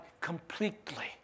completely